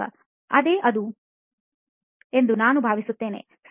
ಸಂದರ್ಶಕ ಅದೇ ಅದು ಎಂದು ನಾನು ಭಾವಿಸುತ್ತೇನೆ